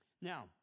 Now